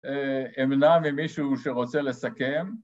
אמנע ממישהו שרוצה לסכם